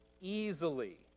easily